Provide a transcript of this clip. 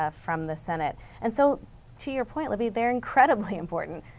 ah from the senate. and so to your point, libby, they are incredibly important.